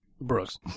Brooks